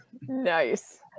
Nice